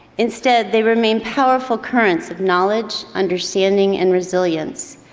instead, they remain powerful currents of knowledge, understanding and resilience.